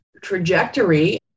trajectory